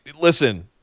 listen